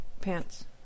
pants